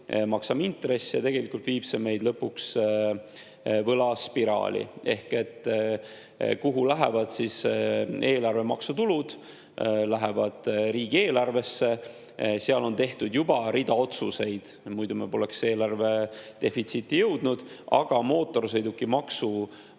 ja tegelikult viib see meid lõpuks võlaspiraali. Kuhu lähevad siis maksutulud? Lähevad riigieelarvesse. Seal on tehtud juba rida otsuseid, muidu me poleks eelarve defitsiiti jõudnud. Aga mootorsõidukimaksu